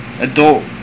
Adult